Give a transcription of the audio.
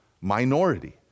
minority